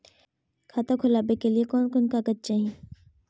खाता खोलाबे के लिए कौन कौन कागज चाही?